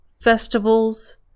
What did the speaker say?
festivals